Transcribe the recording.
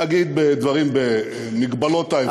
אגיד דברים, במגבלות האפשר.